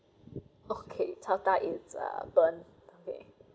okay chao da is uh burn okay